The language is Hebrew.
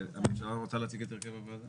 הממשלה רוצה להציג את הרכב הוועדה?